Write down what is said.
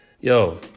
Yo